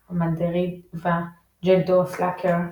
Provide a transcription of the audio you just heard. Fedora, מנדריבה, ג'נטו, סלאקוור,